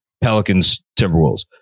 Pelicans-Timberwolves